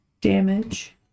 damage